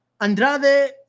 Andrade